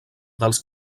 dels